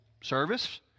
service